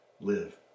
live